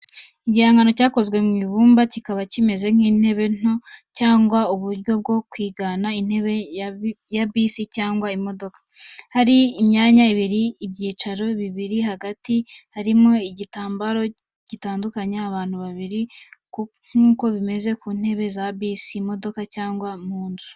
Igihangano cyakozwe mu ibumba kikaba kimeze nk’intebe nto cyangwa uburyo bwo kwigana intebe ya bisi cyangwa imodoka. Hari imyanya ibiri ibyicaro bibiri hagati harimo igitambaro gitandukanya abantu babiri nk’uko bimeze ku ntebe za bisi, imodoka cyangwa mu nzu.